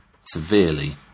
severely